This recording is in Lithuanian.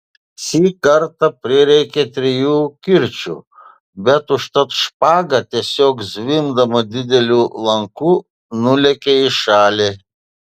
šį kartą prireikė trijų kirčių bet užtat špaga tiesiog zvimbdama dideliu lanku nulėkė į šalį